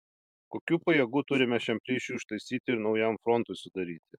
kokių pajėgų turime šiam plyšiui užtaisyti ir naujam frontui sudaryti